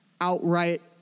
outright